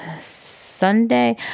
Sunday